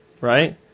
right